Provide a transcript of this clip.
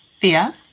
Thea